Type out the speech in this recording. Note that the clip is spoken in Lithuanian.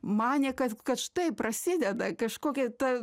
manė kad kad štai prasideda kažkokia ta